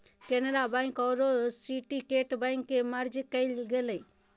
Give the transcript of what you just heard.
Canara bank आरो syndicate bank के merge कइल गेलय